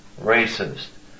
racist